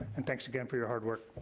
and thanks again for your hard work.